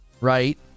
right